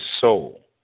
soul